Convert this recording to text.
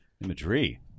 Imagery